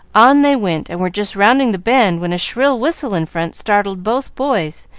on they went, and were just rounding the bend when a shrill whistle in front startled both boys,